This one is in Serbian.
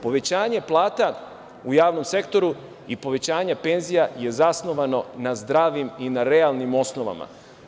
Povećanje plata u javnom sektoru i povećanje penzija je zasnovano na zdravim i na realnim osnovama.